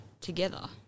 together